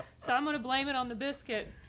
so i'm gonna blame it on the biscuit.